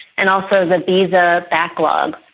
and also the visa backlog.